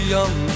Young